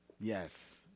Yes